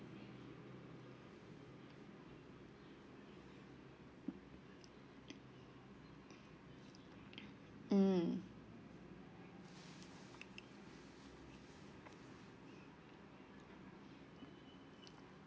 mm